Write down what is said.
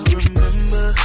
remember